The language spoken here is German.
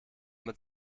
mit